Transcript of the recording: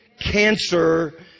Cancer